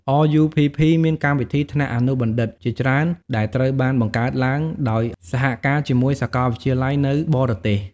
RUPP មានកម្មវិធីថ្នាក់អនុបណ្ឌិតជាច្រើនដែលត្រូវបានបង្កើតឡើងដោយសហការជាមួយសាកលវិទ្យាល័យនៅបរទេស។